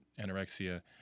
anorexia